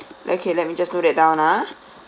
okay let me just note that down ha